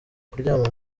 kuryama